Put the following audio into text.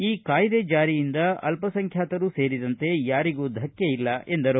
ಈ ಕಾಯ್ದೆ ಚಾರಿಯಿಂದ ಅಲ್ಪಸಂಖ್ಯಾತರು ಸೇರಿದಂತೆ ಯಾರಿಗೂ ಧಕ್ಷೆ ಇಲ್ಲ ಎಂದರು